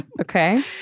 Okay